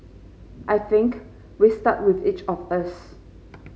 I think we start with each of us